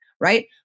Right